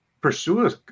pursue